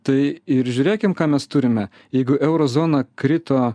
tai ir žiūrėkim ką mes turime jeigu euro zona krito